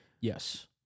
Yes